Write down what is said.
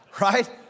Right